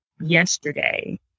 yesterday